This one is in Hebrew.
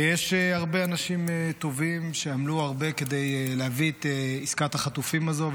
יש הרבה אנשים טובים שעמלו הרבה כדי להביא את עסקת החטופים הזו,